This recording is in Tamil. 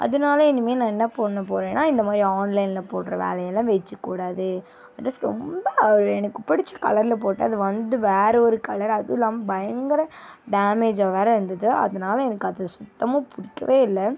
அதனால இனிமேல் நான் என்ன பண்ண போகிறேன்னா இந்தமாதிரி ஆன்லைனில் போடுற வேலையெல்லாம் வச்சுக்கூடாது அந்த ட்ரெஸ் ரொம்ப ஒரு எனக்கு பிடிச்ச கலரில் போட்டேன் அது வந்து வேறு ஒரு கலராக அதுவும் இல்லாமல் பயங்கர டேமேஜாக வேறு இருந்தது அதனால எனக்கு அது சுத்தமாக பிடிக்கவே இல்லை